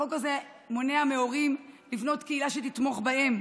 החוק הזה מונע מהורים לבנות קהילה שתתמוך בהם,